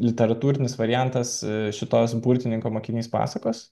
literatūrinis variantas šitos burtininko mokinys pasakos